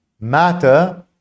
matter